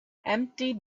empty